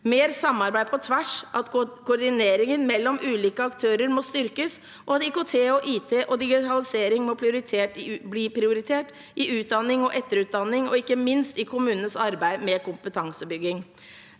mer samarbeid på tvers. Koordineringen mellom ulike aktører må styrkes, og IKT og IT og digitalisering må bli prioritert i utdanning og etterutdanning og ikke minst i kommunenes arbeid med kompetansebygging.